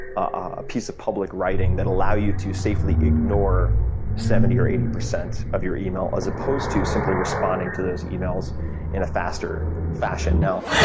a piece of public writing that'll allow you to safely ignore seventy or eighty percent of your email as opposed to simply responding to those emails in a faster fashion. now,